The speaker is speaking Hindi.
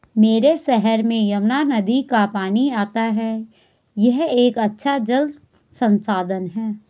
मेरे शहर में यमुना नदी का पानी आता है यह एक अच्छा जल संसाधन है